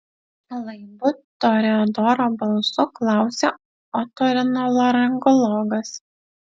laibu toreadoro balsu klausia otorinolaringologas